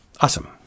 Awesome